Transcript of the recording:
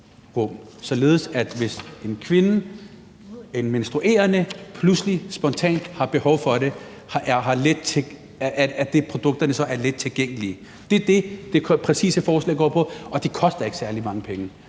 således at hvis en menstruerende pludselig spontant har behov for det, er produkterne let tilgængelige. Det er det, forslaget præcis går på. Og det koster ikke særlig mange penge.